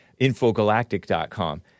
infogalactic.com